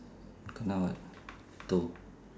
kena what tow